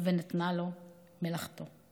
ונתנה לו מלאכתו".